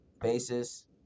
basis